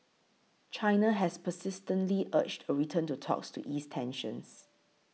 China has persistently urged a return to talks to ease tensions